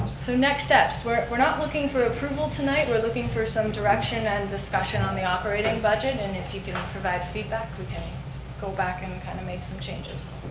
so next steps, we're we're not looking for approval tonight, we're looking for some direction and discussion on the operating budget and if you can provide feedback, we can go back and kind of make some changes.